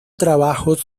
trabajos